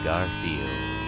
Garfield